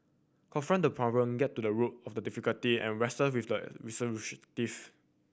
confront the problem get to the root of the difficulty and wrestle with the